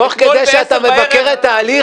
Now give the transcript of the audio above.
תוך כדי שאתה מבקר את ההליך,